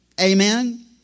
Amen